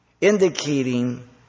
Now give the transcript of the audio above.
indicating